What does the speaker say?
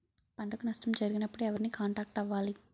పంటకు నష్టం జరిగినప్పుడు ఎవరిని కాంటాక్ట్ అవ్వాలి?